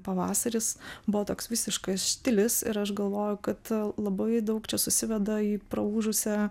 pavasaris buvo toks visiškas štilis ir aš galvoju kad labai daug čia susiveda į praūžusią